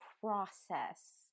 process